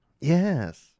Yes